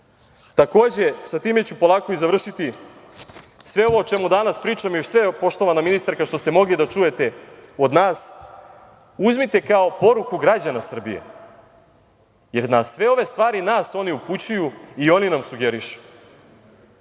pošteno. Takođe, sa time ću polako i završiti, sve ovo o čemu danas pričam, sve, poštovana ministarka, što ste mogli da čujete od nas, uzmite kao poruku građana Srbije, jer na sve ove stvari nas oni upućuju i oni nam sugerišu.